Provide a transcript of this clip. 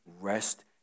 Rest